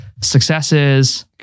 successes